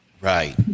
Right